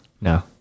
no